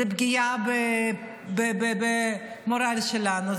זה פגיעה במורל שלנו,